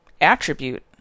attribute